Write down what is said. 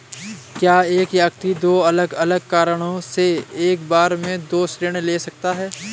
क्या एक व्यक्ति दो अलग अलग कारणों से एक बार में दो ऋण ले सकता है?